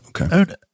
Okay